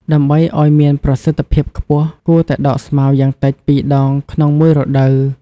ដើម្បីឱ្យមានប្រសិទ្ធភាពខ្ពស់ គួរតែដកស្មៅយ៉ាងតិច ២ ដង ក្នុងមួយរដូវ។